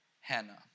Hannah